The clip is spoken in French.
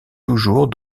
toujours